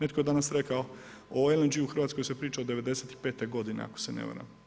Netko je danas rekao o LNG-u u Hrvatskoj se priča od '95. godine, ako se ne varam.